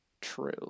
True